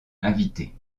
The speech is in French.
invitée